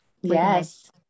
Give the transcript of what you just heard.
Yes